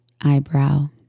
eyebrow